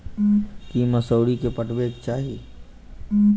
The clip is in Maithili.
की मौसरी केँ पटेबाक चाहि?